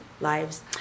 lives